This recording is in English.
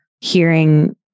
hearing